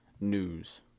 News